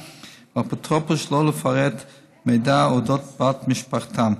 והאפוטרופוס שלא לפרט מידע על אודות בת משפחתם.